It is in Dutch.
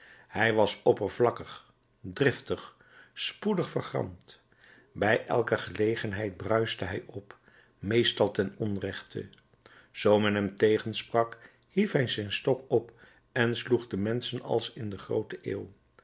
hij was oppervlakkig driftig spoedig vergramd bij elke gelegenheid bruiste hij op meestal ten onrechte zoo men hem tegensprak hief hij zijn stok op en sloeg de menschen als in de groote eeuw